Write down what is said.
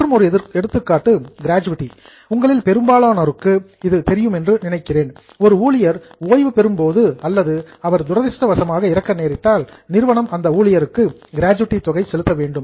மற்றும் ஒரு எடுத்துக்காட்டு கிராஜுவிட்டி உங்களில் பெரும்பாலானோருக்கு இது தெரியும் என்று நினைக்கிறேன் ஒரு ஊழியர் ஓய்வு பெறும்போது அல்லது அவர் துரதிஷ்டவசமாக இறக்க நேரிட்டால் நிறுவனம் அந்த ஊழியருக்கு கிராஜுவிட்டி தொகை செலுத்த வேண்டும்